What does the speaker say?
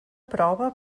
prova